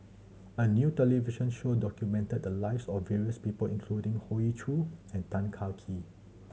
a new television show documented the lives of various people including Hoey Choo and Tan Kah Kee